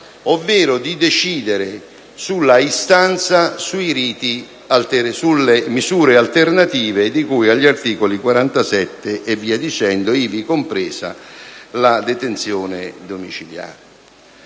ovvero di decidere sull'istanza relativa alle misure alternative di cui agli articoli 47 e via dicendo, ivi compresa la detenzione domiciliare.